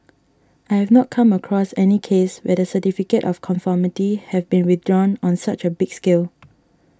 I have not come across any case where the Certificate of Conformity have been withdrawn on such a big scale